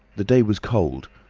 the day was cold,